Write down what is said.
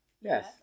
Yes